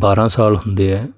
ਬਾਰ੍ਹਾਂ ਸਾਲ ਹੁੰਦੇ ਹੈ